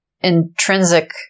intrinsic